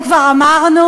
מאמן?